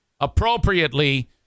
appropriately